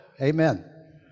Amen